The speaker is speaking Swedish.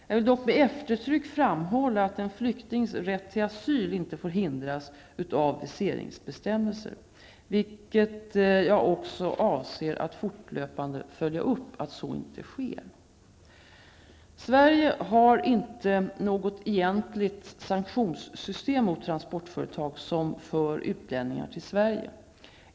Jag vill dock med eftertryck framhålla att en flyktings rätt till asyl inte får hindras av viseringsbestämmelser, vilket jag också avser att fortlöpande följa upp att så inte sker. Sverige har inte något egentligt sanktionssystem mot transportföretag som för utlänningar till Sverige.